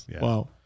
Wow